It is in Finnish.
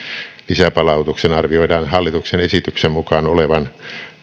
lisäpalautuksen arvioidaan hallituksen esityksen mukaan olevan